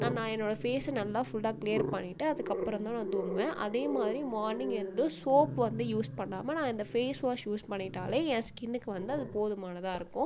நான் நான் என்னோட ஃபேஸை நல்லா ஃபுல்லாக கிளியர் பண்ணிவிட்டு அதுக்கப்புறம் தான் நான் தூங்குவேன் அதேமாதிரி மார்னிங் எழுந்ததும் சோப் வந்து யூஸ் பண்ணாமல் நான் இந்த ஃபேஸ் வாஷ் யூஸ் பண்ணிட்டாலே என் ஸ்கின்னு வந்து அது போதுமானதாயிருக்கும்